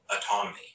autonomy